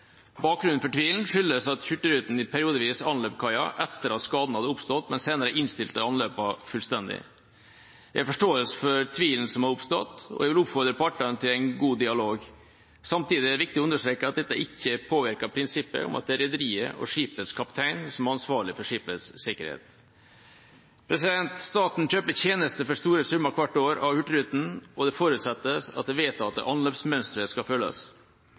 Bakgrunnen for tvilen skyldes at Hurtigruten periodevis anløp kaia etter at skaden hadde oppstått, mens man senere innstilte anløpene fullstendig. Jeg har forståelse for tvilen som har oppstått og vil oppfordre partene til en god dialog. Samtidig er det viktig å understreke at dette ikke påvirker prinsippet om at det er rederiet og skipets kaptein som er ansvarlig for skipets sikkerhet. Staten kjøper tjenester for store summer hvert år av Hurtigruten, og det forutsettes at det vedtatte anløpsmønsteret skal følges.